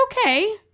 okay